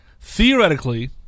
theoretically